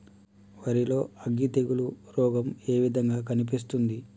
వరి లో అగ్గి తెగులు రోగం ఏ విధంగా కనిపిస్తుంది?